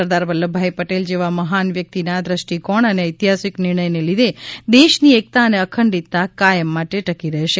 સરદાર વલ્લભભાઈ પટેલ જેવા મહાન વ્યક્તિના દૃષ્ટિકોણ અને ઐતિહાસિક નિર્ણયને લીધે દેશની એકતા અને અખંડિતતા કાયમ માટે ટકી રહેશે